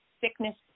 sickness